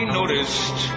noticed